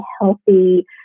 healthy